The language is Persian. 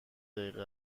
دقیقه